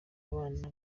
bana